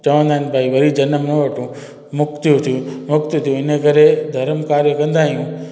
चवंदा आहिनि भई वरी जनमु न वठूं मुक्तियूं थियूं मुक्ति थियूं हिन करे धर्म कार्य कंदा आहियूं